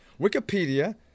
Wikipedia